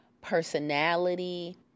personality